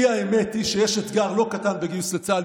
כי האמת היא שיש אתגר לא קטן בגיוס לצה"ל,